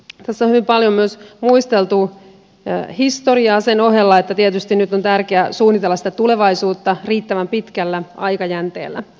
tässä on hyvin paljon myös muisteltu historiaa sen ohella että tietysti nyt on tärkeää suunnitella tulevaisuutta riittävän pitkällä aikajänteellä